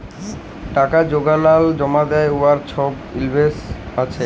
টাকা যেগলাল জমা দ্যায় উয়ার ছবই ইলভয়েস আছে